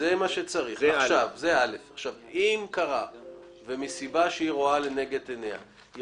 אם קרה ומסיבה שהיא רואה לנגד עיניה היא